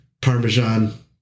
parmesan